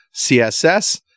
CSS